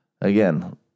again